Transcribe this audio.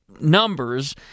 numbers